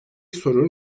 sorun